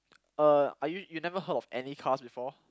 uh are you you never heard of any cars before